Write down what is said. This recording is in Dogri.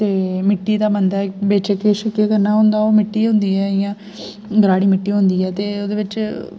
ते मिट्टी दा बनदा बिच्च केश केह् करना ओह् मिट्टी होंदी ऐ इंया राड़ी मिट्टी होंदी ऐ ते बिच्च